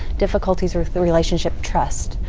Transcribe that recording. difficulties with relationship trust.